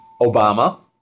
Obama